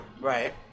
Right